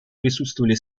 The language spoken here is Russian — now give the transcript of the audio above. присутствовали